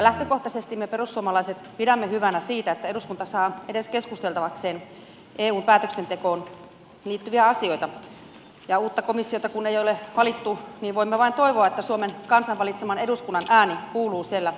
lähtökohtaisesti me perussuomalaiset pidämme hyvänä sitä että eduskunta saa edes keskusteltavakseen eun päätöksentekoon liittyviä asioita ja uutta komissiota kun ei ole valittu niin voimme vain toivoa että suomen kansan valitseman eduskunnan ääni kuuluu siellä vallan ytimissä